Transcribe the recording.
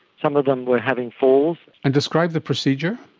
some of them were having falls. and describe the procedure.